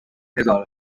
هزار